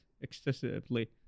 excessively